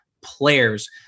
players